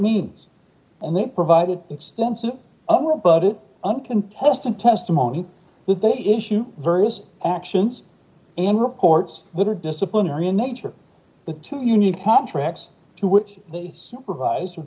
means and they provided extensive other but it uncontested testimony that they issue various actions and reports that are disciplinary in nature but to union contracts to which they supervis